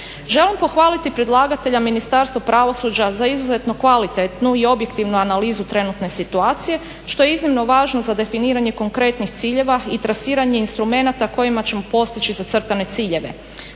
Želim pohvaliti predlagatelja Ministarstvo pravosuđa za izuzetno kvalitetnu i objektivnu analizu trenutne situacije što je iznimno važno za definiranje konkretnih ciljeva i trasiranje instrumenata kojima ćemo postići zacrtane ciljeve.